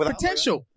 Potential